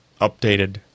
updated